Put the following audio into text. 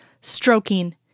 stroking